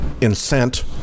incent